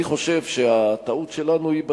אני חושב שהטעות שלנו היא בשורש.